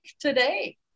today